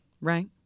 right